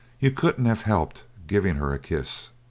you couldn't have helped giving her a kiss.